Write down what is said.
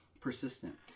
Persistent